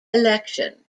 election